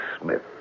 Smith